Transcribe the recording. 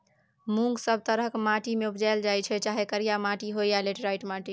मुँग सब तरहक माटि मे उपजाएल जाइ छै चाहे करिया माटि होइ या लेटेराइट माटि